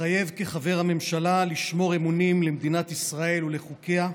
מתחייב כחבר הממשלה לשמור אמונים למדינת ישראל ולחוקיה,